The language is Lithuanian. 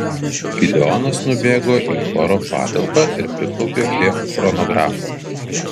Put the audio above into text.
gideonas nubėgo į choro patalpą ir priklaupė prie chronografo